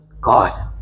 God